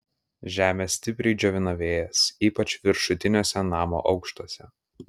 žemę stipriai džiovina vėjas ypač viršutiniuose namo aukštuose